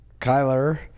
Kyler